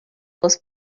was